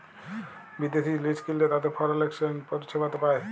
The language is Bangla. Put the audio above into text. বিদ্যাশি জিলিস কিললে তাতে ফরেল একসচ্যানেজ পরিসেবাতে পায়